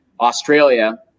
Australia